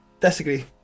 Disagree